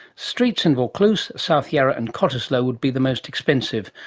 streets in vaucluse, south yarra and cottesloe would be the most expensive,